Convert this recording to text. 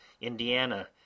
Indiana